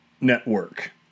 network